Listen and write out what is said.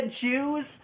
Jews